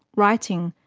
writing,